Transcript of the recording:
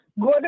good